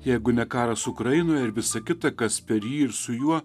jeigu ne karas ukrainoje ir visa kita kas per jį ir su juo